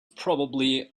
probably